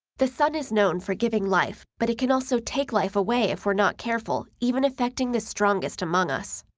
the sun is known for giving life, but it can also take life away if we're not careful, even affecting the strongest among us.